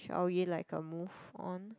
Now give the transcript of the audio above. shall we like a move on